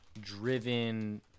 driven